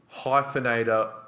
Hyphenator